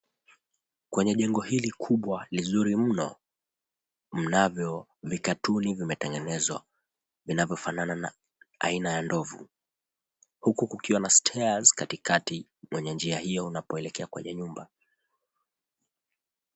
Kwenye jengo hili kubwa lizuri mno, mnavyo vikatuni vimetengenezwa, vinavyofanana na aina ya ndovu. Huku kukiwa na stairs katikati mwenye njia hiyo unapoelekea kwenye nyumba.